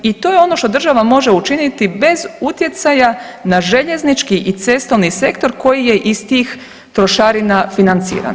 I to je ono što država može učiniti bez utjecaja na željeznički i cestovni sektor koji je iz tih trošarina financiran.